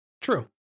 True